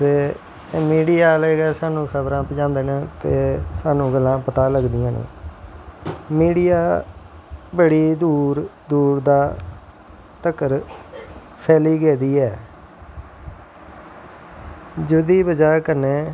ते मिडियां आह्ले गै साह्नू खबरां पज़ांदे न ते स्हानू गल्लां पता लग्गदियां न मीडिया बड़ी दूर दूर तक्कर फैली गेदी ऐ जेह्दी बज़ाह् कन्नैं